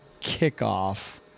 kickoff